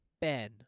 Ben